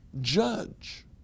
judge